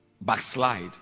backslide